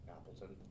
Appleton